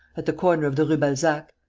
at the corner of the rue balzac.